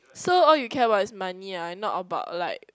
so all you care about is money ah and not about like